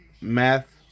Math